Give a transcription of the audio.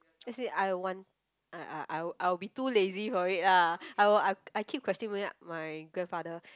as in I want I I I will I will be too lazy for it lah I will I I keep questioning my grandfather